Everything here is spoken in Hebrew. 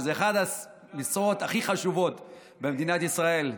שזו אחת המשרות הכי חשובות במדינת ישראל.